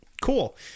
Cool